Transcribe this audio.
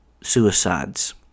suicides